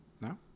No